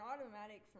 automatic